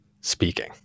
speaking